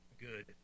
good